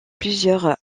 plusieurs